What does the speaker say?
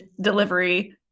delivery